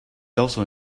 also